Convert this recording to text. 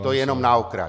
To jenom na okraj.